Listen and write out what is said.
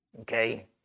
Okay